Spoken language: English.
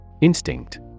Instinct